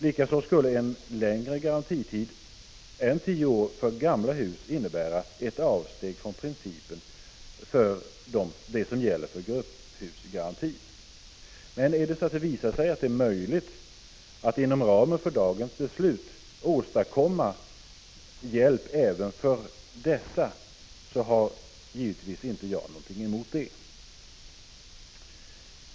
Likaså skulle en längre garantitid än tio år innebära ett avsteg från den princip som gäller för grupphusgarantin. Visar det sig möjligt att inom ramen för dagens beslut åstadkomma hjälp även för dessa har givetvis jag inte någonting emot det.